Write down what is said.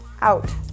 out